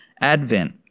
advent